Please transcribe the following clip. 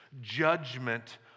judgment